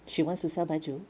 she wants to sell baju